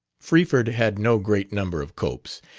freeford had no great number of copes,